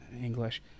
English